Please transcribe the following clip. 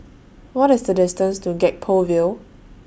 What IS The distance to Gek Poh Ville